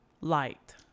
Light